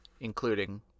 including